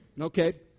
Okay